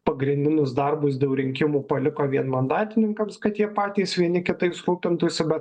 pagrindinius darbus dėl rinkimų paliko vienmandatininkams kad jie patys vieni kitais rūpintųsi bet